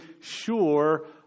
sure